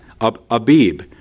Abib